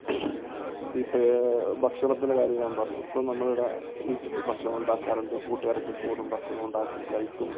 ഇപ്പോൾ ഭക്ഷണത്തിൻ്റെ കാര്യം ഞാൻ പറഞ്ഞു ഇപ്പോൾ നമ്മളിവിടെ വീക്കിലി ഭക്ഷണം ഉണ്ടാക്കാറുണ്ട് കൂട്ടുകാരൊക്കെ കൂടും ഭക്ഷണം ഉണ്ടാക്കും കഴിക്കും